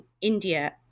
India